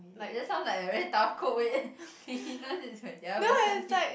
that sounds like a very tough code wait cleanliness is when the other person need